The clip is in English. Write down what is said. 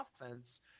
offense